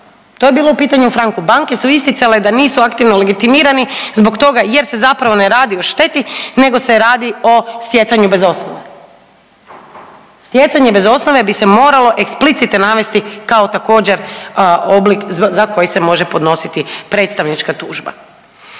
to je bilo pitanje u Franku. Banke su isticale da nisu aktivno legitimirani zbog toga jer se zapravo ne radi o šteti, nego se radi o stjecanju bez osnove. Stjecanje bez osnove bi se moralo eksplicite navesti kao također oblik za koji se može podnositi predstavnička tužba.